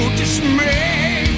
dismay